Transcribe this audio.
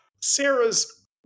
Sarah's